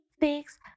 Fix